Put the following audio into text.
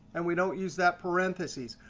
and we don't use that parentheses.